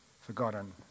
forgotten